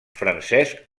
francesc